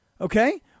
Okay